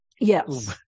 Yes